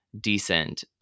decent